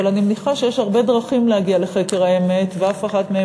אבל אני מניחה שיש הרבה דרכים להגיע לחקר האמת ואף אחת מהן